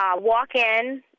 walk-in